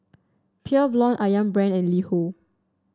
Pure Blonde ayam Brand and LiHo